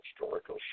historical